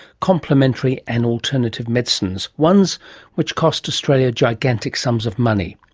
complementary and alternative medicines, ones which cost australia gigantic sums of money.